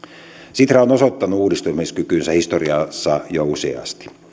sitra on osoittanut uudistumiskykynsä historiassa jo useasti